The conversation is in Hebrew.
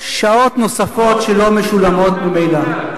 לא מוסרים ילדים לאימוץ, תודה.